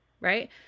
Right